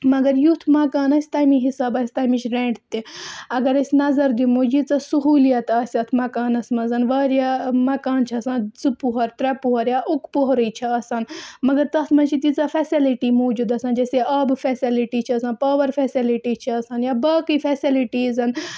مگر یُتھ مکان آسہِ تَمے حِساب آسہِ تَمِچ رٮ۪نٛٹ تہِ اگر أسۍ نظر دِمو ییٖژاہ سہوٗلیت آسہِ اَتھ مکانَس منٛز واریاہ مکان چھِ آسان زٕ پوٚہَر ترٛےٚ پوٚہَر یا اُکہٕ پوٚہرُے چھِ آسان مگر تَتھ منٛز چھِ تیٖژاہ فیسَلٹی موٗجوٗد آسان جیسے آبہٕ فیسَلٹی چھِ آسان پاوَر فیسَلٹی چھِ آسان یا باقٕے فیسَلٹی زَن